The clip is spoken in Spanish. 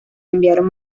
enviaron